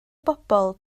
bobl